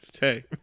hey